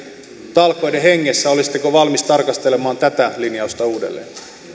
talkoiden hengessä tarkastelemaan tätä linjausta uudelleen